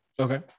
Okay